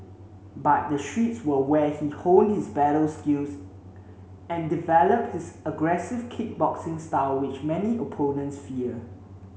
but the streets were where he honed his battle skills and developed his aggressive kickboxing style which many opponents fear